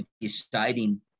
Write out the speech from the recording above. deciding